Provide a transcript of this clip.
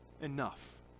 enough